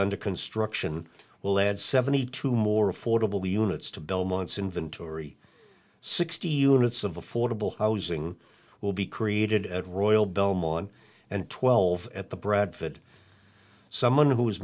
under construction will add seventy two more affordable units to belmont's inventory sixty units of affordable housing will be created at royal belmont and twelve at the bradford someone who is